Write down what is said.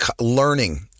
learning